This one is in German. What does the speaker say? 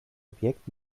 objekt